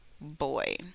boy